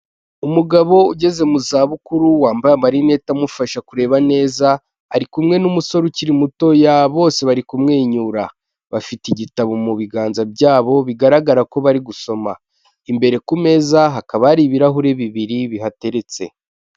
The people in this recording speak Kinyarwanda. Umugabo ugeze mu zabukuru wambaye amarinete amufasha kureba neza ari kumwe n'umusore ukiri mutoya bose bari kumwenyura, bafite igitabo mu biganza byabo bigaragara ko bari gusoma, imbere ku meza hakaba hari ibirahure bibiri bihateretse.